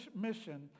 mission